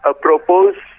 ah propose